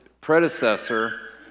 predecessor